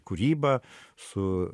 kūryba su